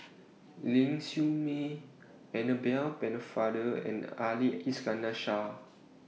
Ling Siew May Annabel Pennefather and Ali Iskandar Shah